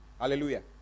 Hallelujah